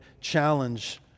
challenge